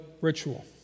ritual